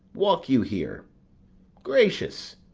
walk you here gracious,